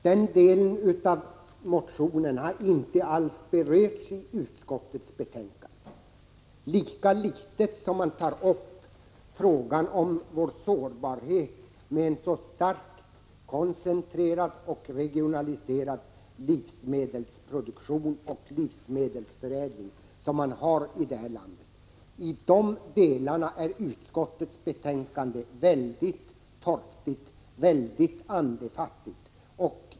Den delen av motionen har inte alls berörts i utskottsbetänkandet, lika litet som utskottet tar upp frågan om vår sårbarhet med en så starkt koncentrerad och regionaliserad livsmedelsproduktion och livsmedelsförädling som vi har i landet. I de delarna är utskottsbetänkandet mycket torftigt och andefattigt.